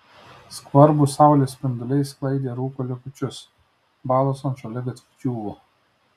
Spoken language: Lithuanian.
skvarbūs saulės spinduliai sklaidė rūko likučius balos ant šaligatvių džiūvo